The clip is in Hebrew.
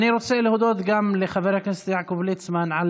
אני רוצה להודות לחבר הכנסת יעקב ליצמן על